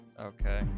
Okay